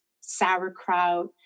sauerkraut